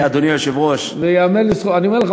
אני אומר לך,